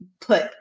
put